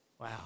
Wow